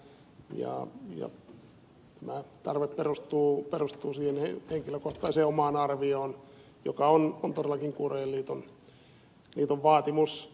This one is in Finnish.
ja tämä tarve perustuu siihen henkilökohtaiseen omaan arviooni joka on todellakin kuurojen liiton vaatimus